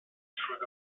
through